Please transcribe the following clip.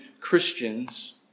Christians